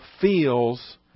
feels